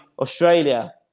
Australia